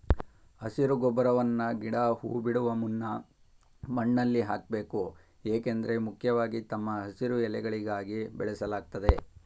ಹಸಿರು ಗೊಬ್ಬರವನ್ನ ಗಿಡ ಹೂ ಬಿಡುವ ಮುನ್ನ ಮಣ್ಣಲ್ಲಿ ಹಾಕ್ಬೇಕು ಏಕೆಂದ್ರೆ ಮುಖ್ಯವಾಗಿ ತಮ್ಮ ಹಸಿರು ಎಲೆಗಳಿಗಾಗಿ ಬೆಳೆಸಲಾಗ್ತದೆ